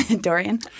Dorian